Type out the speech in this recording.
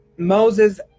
Moses